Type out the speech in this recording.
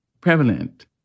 prevalent